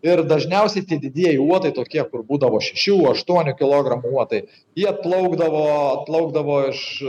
ir dažniausiai tie didieji uodai tokie kur būdavo šešių aštuonių kilogramų uodai jie plaukdavo plaukdavo iš